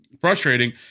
frustrating